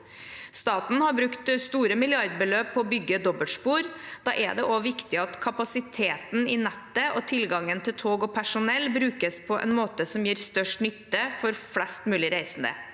Staten har brukt store milliardbeløp på å bygge dobbeltspor. Da er det også viktig at kapasiteten i nettet og tilgangen til tog og personell brukes på en måte som gir størst nytte for flest mulig reisende.